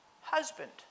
husband